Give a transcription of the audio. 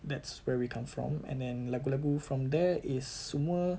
that's where we come from and then lagu-lagu from there is semua